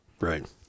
Right